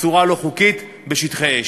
בצורה לא חוקית בשטחי אש.